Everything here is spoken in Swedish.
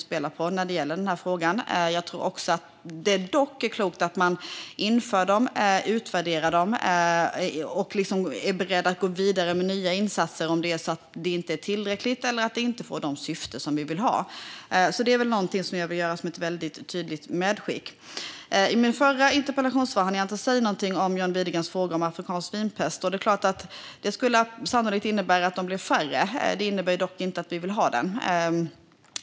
Jag tror dock att det är klokt att införa dem, utvärdera dem och vara beredd att gå vidare med nya insatser ifall de inte är tillräckliga eller inte når syftet. Det är ett tydligt medskick. I mitt förra svar hann jag inte säga något om John Widegrens fråga om afrikansk svinpest. Det skulle såklart sannolikt innebära att vildsvinen blir färre. Det innebär dock inte att vi vill ha den.